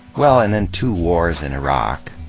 well, and then two wars in iraq.